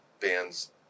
bands